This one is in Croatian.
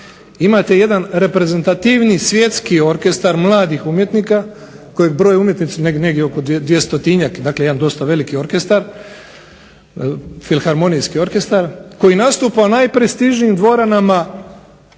imate jedan reprezentativni svjetski orkestar mladih umjetnika, kojeg broji umjetnici negdje oko 200-njak, dakle jedan veliki orkestar filharmonijski orkestar koji nastupa u najprestižnijim dvoranama